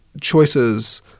choices